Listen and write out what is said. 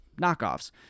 knockoffs